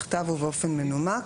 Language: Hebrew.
בכתב ובאופן מנומק,